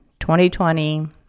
2020